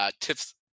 tips